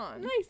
nice